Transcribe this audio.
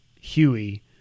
Huey